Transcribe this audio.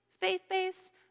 faith-based